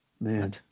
Man